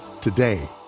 today